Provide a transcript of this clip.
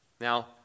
Now